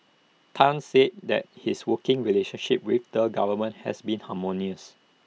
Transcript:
Tan said that his working relationship with the government has been harmonious